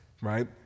Right